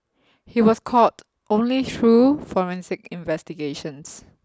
he was caught only through Forensic Investigations